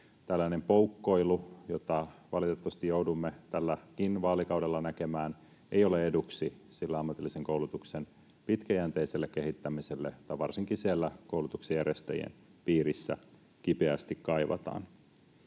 Tällainen poukkoilu, jota valitettavasti joudumme tälläkin vaalikaudella näkemään, ei ole eduksi sille ammatillisen koulutuksen pitkäjänteiselle kehittämiselle, jota varsinkin siellä koulutuksen järjestäjien piirissä kipeästi kaivataan.